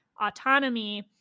autonomy